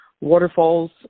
waterfalls